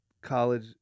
College